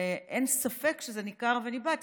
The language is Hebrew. אין ספק שזה ניכר וניבט,